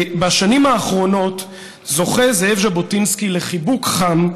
בשנים האחרונות זוכה זאב ז'בוטינסקי לחיבוק חם,